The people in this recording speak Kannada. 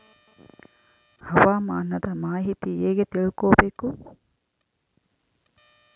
ಹವಾಮಾನದ ಮಾಹಿತಿ ಹೇಗೆ ತಿಳಕೊಬೇಕು?